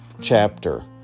chapter